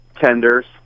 tenders